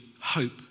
hope